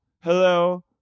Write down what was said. Hello